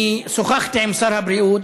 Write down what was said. אני שוחחתי עם שר הבריאות,